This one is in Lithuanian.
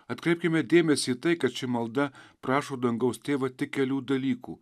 atkreipkime dėmesį į tai kad ši malda prašo dangaus tėvą tik kelių dalykų